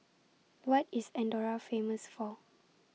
What IS Andorra Famous For